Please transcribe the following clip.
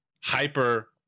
Hyper